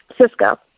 Cisco